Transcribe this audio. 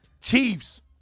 Chiefs